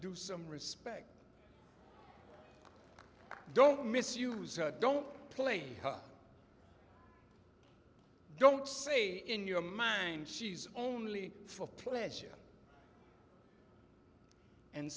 do some respect don't miss you don't play don't see in your mind she's only for pleasure and